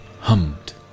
hummed